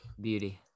Beauty